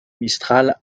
mistral